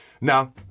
Now